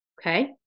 okay